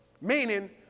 meaning